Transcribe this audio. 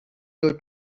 your